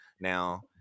Now